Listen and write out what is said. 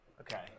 Okay